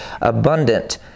abundant